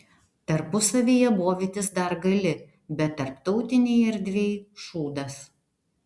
tarpusavyje bovytis dar gali bet tarptautinėj erdvėj šūdas